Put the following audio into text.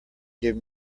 give